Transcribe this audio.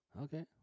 Okay